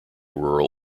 rural